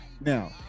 Now